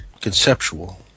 conceptual